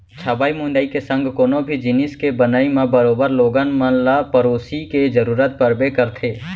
छबई मुंदई के संग कोनो भी जिनिस के बनई म बरोबर लोगन मन ल पेरोसी के जरूरत परबे करथे